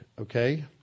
okay